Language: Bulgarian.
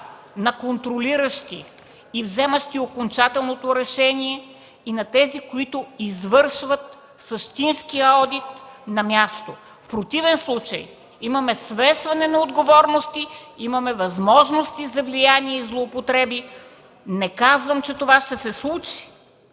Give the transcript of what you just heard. на контролиращи и вземащи окончателното решение и на тези, които извършват същинския одит на място. В противен случай имаме смесване на отговорности, имаме възможности за влияние и злоупотреби. Не казвам, че това ще се случи.